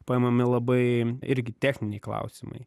paimami labai irgi techniniai klausimai